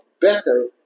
better